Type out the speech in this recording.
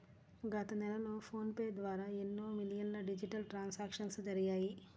గత నెలలో PhonePe ద్వారా ఎన్నో మిలియన్ల డిజిటల్ ట్రాన్సాక్షన్స్ జరిగాయి